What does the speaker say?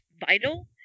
vital